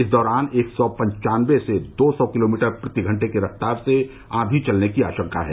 इस दौरान एक सौ पन्चानबे से दो सौ किलोमीटर प्रति घंटे की रफ्तार से आंधी चलने की आशंका है